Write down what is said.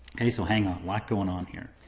okay, so hang on, a lot going on here.